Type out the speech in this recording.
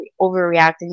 overreacting